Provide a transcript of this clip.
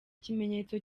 kimenyetso